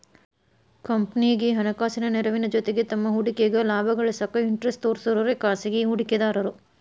ಕಂಪನಿಗಿ ಹಣಕಾಸಿನ ನೆರವಿನ ಜೊತಿಗಿ ತಮ್ಮ್ ಹೂಡಿಕೆಗ ಲಾಭ ಗಳಿಸಾಕ ಇಂಟರೆಸ್ಟ್ ತೋರ್ಸೋರೆ ಖಾಸಗಿ ಹೂಡಿಕೆದಾರು